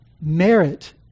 merit